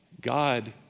God